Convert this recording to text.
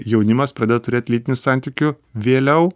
jaunimas pradeda turėt lytinių santykių vėliau